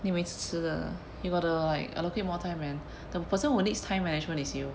你每次迟的 you've got to like allocate more time man the person who needs time management is you